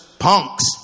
punks